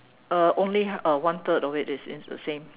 uh only uh one third of it is in the same